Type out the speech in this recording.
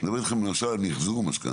אני מדבר איתכם למשל על מחזור משכנתה,